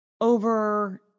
over